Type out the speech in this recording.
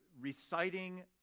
reciting